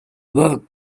were